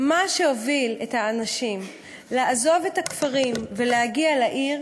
מה שהוביל את האנשים לעזוב את הכפרים ולהגיע לעיר